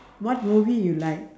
what movie you like